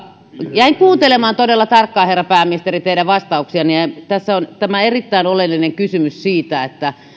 jäin kuuntelemaan todella tarkkaan herra pääministeri teidän vastauksianne ja tässä on tämä erittäin oleellinen kysymys siitä